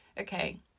okay